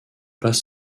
pas